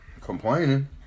Complaining